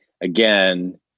again